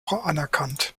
anerkannt